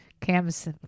Cam's